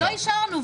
לא אישרנו,